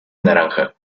naranja